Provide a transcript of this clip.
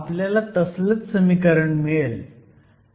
आपल्याला तसलंच समीकरण मिळेल